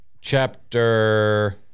chapter